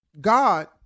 God